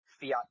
Fiat